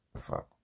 Fuck